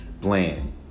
bland